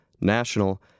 national